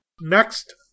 Next